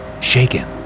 shaken